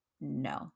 no